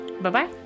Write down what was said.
Bye-bye